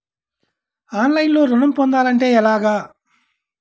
ఆన్లైన్లో ఋణం పొందాలంటే ఎలాగా?